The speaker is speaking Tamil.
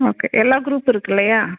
ஓகே எல்லா குரூப்பு இருக்கு இல்லையா